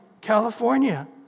California